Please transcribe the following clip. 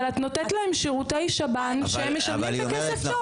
אבל את נותנת להם שירותי שב"ן שהם משלמים בכסף טוב.